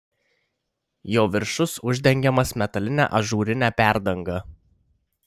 jo viršus uždengiamas metaline ažūrine perdanga